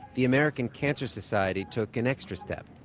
the american cancer society took an extra step.